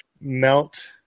Melt